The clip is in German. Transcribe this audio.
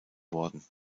worden